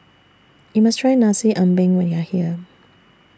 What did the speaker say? YOU must Try Nasi Ambeng when YOU Are here